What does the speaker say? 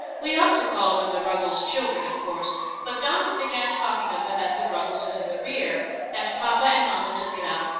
we ought to call them the ruggles children, of course but donald began talking of them as the ruggleses in the rear and papa and mama took it up,